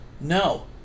no